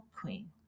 queen